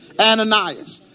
Ananias